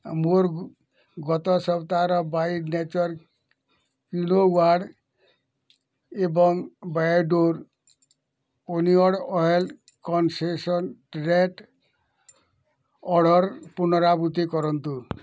ଆ ମୋର ଗତ ସପ୍ତାହର ବାଇ ନେଚର୍ କିଲୋ ୱାର୍ଡ଼ ଏବଂ ବେୟର୍ଡୋ ଓନିଅନ୍ ଅଏଲ୍ କନ୍ସେନ୍ଟ୍ରେଟ୍ ଅର୍ଡ଼ର୍ ପୁନରାବୃତ୍ତି କରନ୍ତୁ